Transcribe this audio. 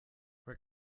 where